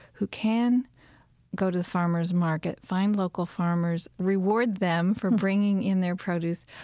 who can go to the farmers' market, find local farmers, reward them for bringing in their produce,